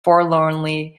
forlornly